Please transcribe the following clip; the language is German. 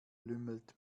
lümmelt